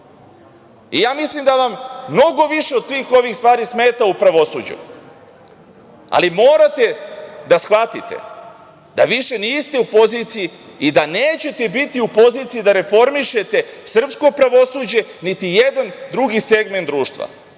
pozivaju? Mislim da vam mnogo više od svih ovih stvari smeta u pravosuđu, ali morate da shvatite da više niste u poziciji i da nećete biti u poziciji da reformišete srpsko pravosuđe, niti jedan drugi segment društva